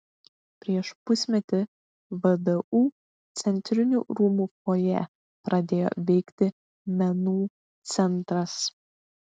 prieš pusmetį vdu centrinių rūmų fojė pradėjo veikti menų centras